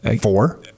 Four